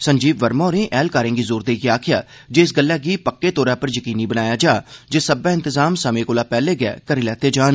संजीव वर्मा होरें अधिकारिए गी जोर देईएं आक्खेआ जे इस गल्लै गी पक्के तौरा पर यकीनी बनाया जा जे सब्बै इंतजाम समें कोला पैह्ले गै करी लैते जान